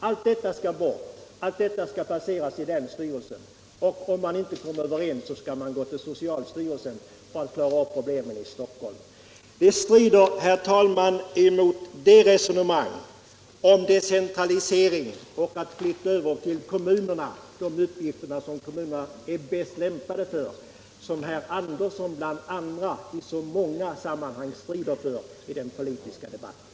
Det systemet skall bort, allt skall placeras i länsstyrelsen, och om man inte kommer överens skall man gå till socialstyrelsen för att klara upp problemen i Stockholm. Detta strider, herr talman, emot det resonemang om decentralisering och om att överföra till kommunerna de uppgifter som dessa är bäst lämpade för att lösa som bl.a. herr Andersson i Knäred strider för i så många sammanhang i den politiska debatten.